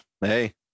hey